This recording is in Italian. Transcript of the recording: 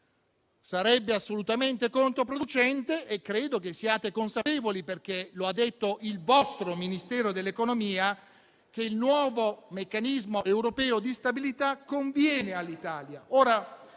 Sarebbe assolutamente controproducente. Credo che siate consapevoli, perché lo ha detto il vostro Ministero dell'economia, che il nuovo meccanismo europeo di stabilità conviene all'Italia.